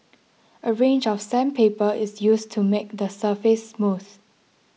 a range of sandpaper is used to make the surface smooth